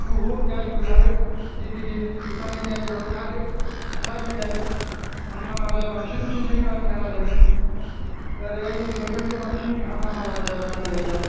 बुहुद गारिबो खारो गिदिर गिदिर भुटाननि गारिफ्राबो खारो थांलाय फैलाय हान्थामेलाया बांसिन बिसिनिथिं रानिखाथाजों ओरैहाय जोंनि बेंथलजों बांसिन हान्थामेला जाया भुटान गारिया